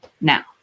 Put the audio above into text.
Now